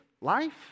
life